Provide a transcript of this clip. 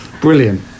brilliant